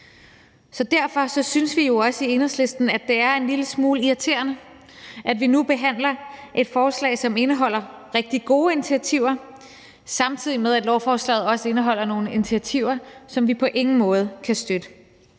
Derfor synes vi jo også i Enhedslisten, at det er en lille smule irriterende, at vi nu behandler et forslag, som indeholder rigtig gode initiativer, samtidig med at lovforslaget også indeholder nogle initiativer, som vi på ingen måde kan støtte.